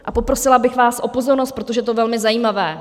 A poprosila bych vás o pozornost, protože to je velmi zajímavé.